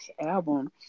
album